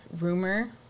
rumor